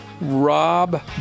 Rob